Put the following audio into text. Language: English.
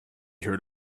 heard